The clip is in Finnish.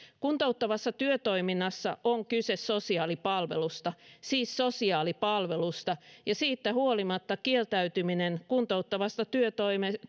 kuntouttavassa työtoiminnassa on kyse sosiaalipalvelusta siis sosiaalipalvelusta ja siitä huolimatta kieltäytyminen kuntouttavasta työtoiminnasta